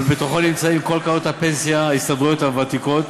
ובתוכו נמצאות כל קרנות הפנסיה ההסתדרותיות הוותיקות,